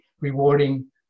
rewarding